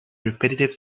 repetitive